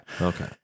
Okay